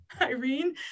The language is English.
Irene